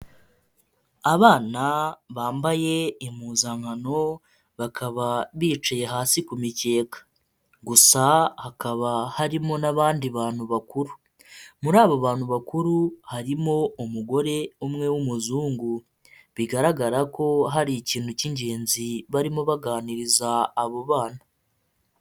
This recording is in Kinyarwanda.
Abana bambaye impuzankano bakaba bicaye hasi ku mikeka, gusa hakaba harimo n'abandi bantu bakuru, muri aba bantu bakuru harimo umugore umwe w'umuzungu, bigaragara ko hari ikintu cy'ingenzi barimo baganiriza abo bana.